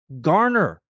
garner